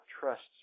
trusts